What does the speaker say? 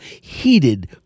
heated